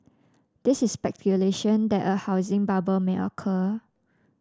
this is speculation that a housing bubble may occur